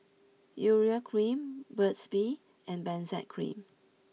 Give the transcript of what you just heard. Urea cream Burt's bee and Benzac cream